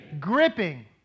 Gripping